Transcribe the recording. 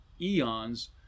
eons